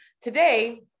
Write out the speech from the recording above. today